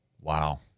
Wow